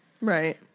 Right